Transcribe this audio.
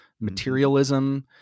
materialism